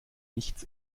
nichts